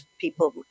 people